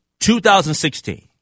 2016